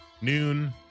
noon